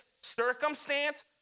circumstance